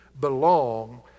belong